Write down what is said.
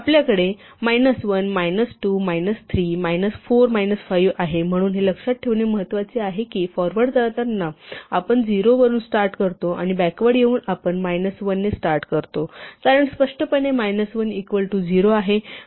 आपल्याकडे minus 1 minus 2 minus 3 minus 4 minus 5 आहे म्हणून हे लक्षात ठेवणे महत्वाचे आहे की फॉरवर्ड जाताना आपण 0 वरून स्टार्ट करता आणि बॅकवर्ड येऊन आपण मायनस 1 ने स्टार्ट करता कारण स्पष्टपणे मायनस 0 इक्वल टू 0 आहे